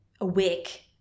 awake